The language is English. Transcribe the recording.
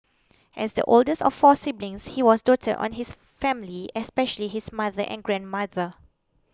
as the oldest of four siblings he was doted on his family especially his mother and grandmother